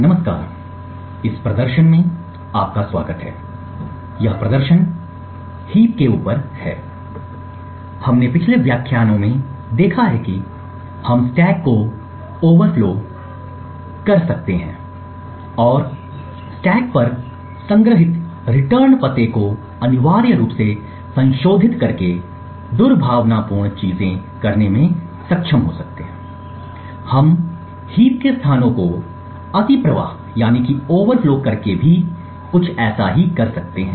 नमस्कार इस प्रदर्शन में आपका स्वागत है यह प्रदर्शित हीप के ऊपर है हमने पिछले व्याख्यानों में देखा है कि कैसे हम स्टैक को ओवरफ्लो कर सकते हैं और स्टैक पर संग्रहीत रिटर्न पते को अनिवार्य रूप से संशोधित करके दुर्भावनापूर्ण चीजें करने में सक्षम हो हम हीप के स्थानों को अतिप्रवाह करके भी कुछ ऐसा ही कर सकते हैं